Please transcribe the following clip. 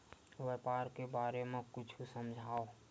व्यापार के बारे म कुछु समझाव?